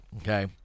okay